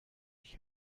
ich